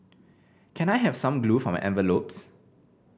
can I have some glue for my envelopes